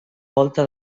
volta